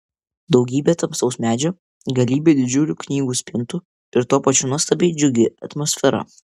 daugybė tamsaus medžio galybė didžiulių knygų spintų ir tuo pačiu nuostabiai džiugi atmosfera